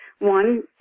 One